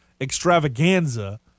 extravaganza